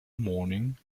morning